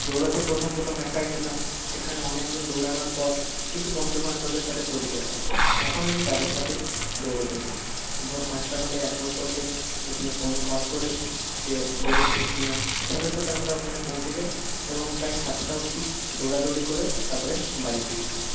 দৌড়াতে প্রথম প্রথম একাই যেতাম সেখানে অনেকদিন দৌড়ানোর পর কিছু বন্ধুবান্ধবের সাথে পরিচয় হয় এখন আমি তাদের সাথেই দৌড়াতে যাই ভোর পাঁচটা হলেই একে অপরকে প্রথমে ফোনে কল করে নিই যে বেরোচ্ছিস কিনা সাথে সাথে আমরা ওখানে পৌঁছে যাই এবং প্রায় সাতটা অবধি দৌড়াদৌড়ি করে তারপরে বাড়ি ফিরি